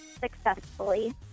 successfully